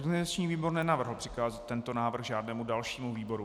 Organizační výbor nenavrhl přikázat tento návrh žádnému dalšímu výboru.